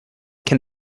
can